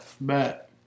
Bet